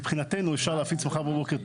מבחינתנו אפשר להפיץ מחר בבוקר תזכיר,